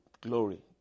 glory